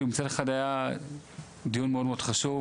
מצד אחד היה דיון מאוד מאוד חשוב,